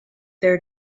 their